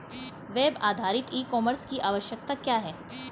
Web आधारित e commerce की आवश्यकता क्या है?